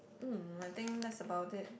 mm I think that's about it